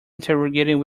interrogating